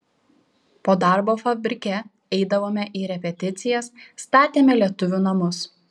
po darbo fabrike eidavome į repeticijas statėme lietuvių namus